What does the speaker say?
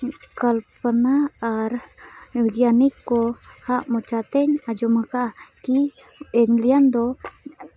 ᱠᱚᱞᱯᱚᱱᱟ ᱟᱨ ᱵᱳᱭᱜᱟᱱᱤᱠ ᱠᱚᱣᱟᱜ ᱢᱚᱪᱟᱛᱤᱧ ᱟᱡᱚᱢ ᱠᱟᱜᱼᱟ ᱠᱤ ᱮᱞᱤᱭᱟᱱ ᱫᱚ